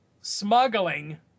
smuggling